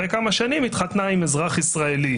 אחרי כמה שנים היא התחתנה עם אזרח ישראלי.